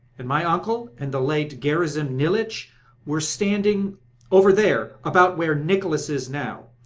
and my uncle and the late gerasim nilitch were standing over there, about where nicholas is now.